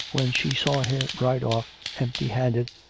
when she saw him ride off empty-handed,